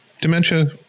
dementia